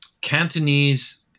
Cantonese